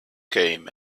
came